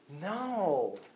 No